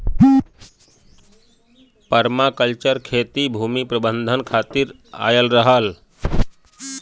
permaculture खेती भूमि प्रबंधन खातिर आयल रहल